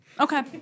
Okay